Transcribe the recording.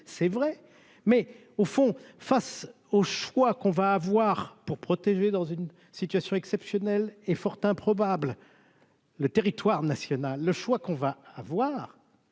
c'est vrai, mais au fond, face au choix qu'on va avoir pour protéger dans une situation exceptionnelle et fort improbable le territoire national, le choix qu'on va avoir,